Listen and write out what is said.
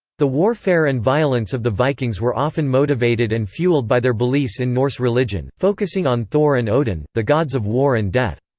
the warfare and violence of the vikings were often motivated and fuelled by their beliefs in norse religion, focusing on thor and odin, the gods of war and death.